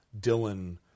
Dylan